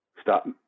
Stop